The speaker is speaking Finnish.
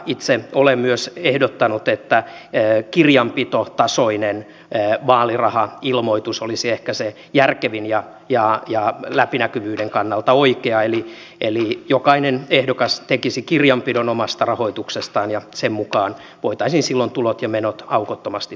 itse olen myös ehdottanut että kirjanpitotasoinen vaalirahailmoitus olisi ehkä se järkevin ja läpinäkyvyyden kannalta oikea eli jokainen ehdokas tekisi kirjanpidon omasta rahoituksestaan ja sen mukaan voitaisiin silloin tulot ja menot aukottomasti todistaa